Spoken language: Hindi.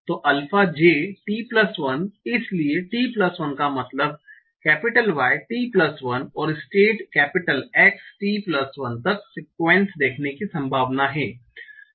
तो अल्फा j t1 इसलिए t1 का मतलब Y t1 और स्टेट X t1 तक सिकुएंस देखने की संभावना है